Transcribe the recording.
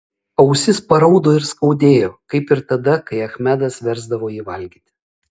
ausis paraudo ir skaudėjo kaip ir tada kai achmedas versdavo jį valgyti